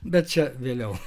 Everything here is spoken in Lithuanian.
bet čia vėliau